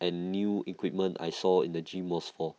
and new equipment I saw in the gym was for